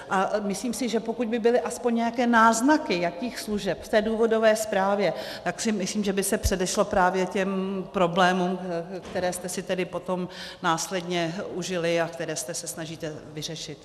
A myslím si, že pokud by byly aspoň nějaké náznaky, jakých služeb, v té důvodové zprávě, tak si myslím, že by se předešlo právě těm problémům, které jste si tedy potom následně užili a které se snažíte vyřešit.